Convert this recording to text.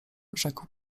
rzekł